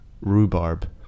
Rhubarb